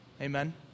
Amen